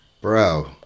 Bro